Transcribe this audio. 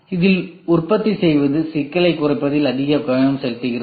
இது உற்பத்தி செய்வது சிக்கலைக் குறைப்பதில் அதிக கவனம் செலுத்துகிறது